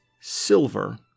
silver